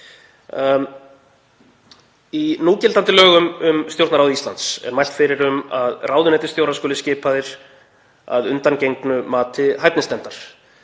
Í núgildandi lögum um Stjórnarráð Íslands er mælt fyrir um að ráðuneytisstjórar skuli skipaðir að undangengnu mati hæfnisnefndar.